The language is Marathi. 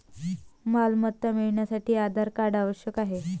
मालमत्ता मिळवण्यासाठी आधार कार्ड आवश्यक आहे